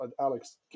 Alex